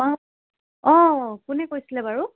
অঁ অঁ কোনে কৈছিলে বাৰু